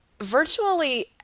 virtually